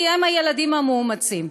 כי הם ילדים מאומצים.